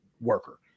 worker